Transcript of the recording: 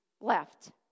left